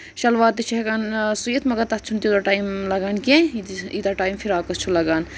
شَلور تہِ چھِ ہیٚکان سُیِتھ مَگر تَتھ چھُنہٕ توٗتاہ ٹایم لگان کیٚنہہ یوٗتاہ ٹایم فِراکس چھُ لگان